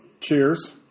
Cheers